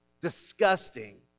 disgusting